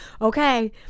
okay –